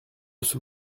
sous